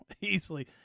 Easily